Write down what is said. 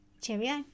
cheerio